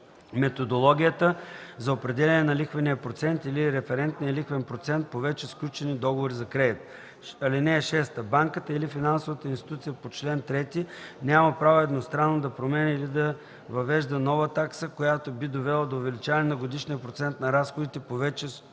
методологията за определяне на лихвения процент или референтния лихвен процент по вече сключени договори за кредит. (6) Банката или финансовата институция по чл. 3 няма право едностранно да променя или да въвежда нова такса, която би довела до увеличаване на годишния процент на разходите по вече